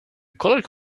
colleague